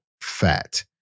fat